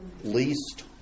least